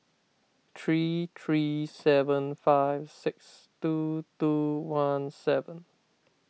three three seven five six two two one one seven